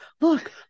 look